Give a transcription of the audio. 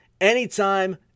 anytime